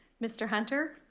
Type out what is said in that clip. mr. hunter.